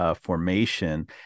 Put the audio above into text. formation